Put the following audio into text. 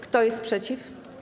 Kto jest przeciw?